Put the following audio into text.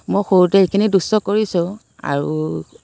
মই সৰুতে এইখিনি দুষ্ট কৰিছোঁ আৰু